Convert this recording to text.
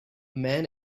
man